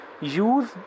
use